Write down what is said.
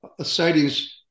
sightings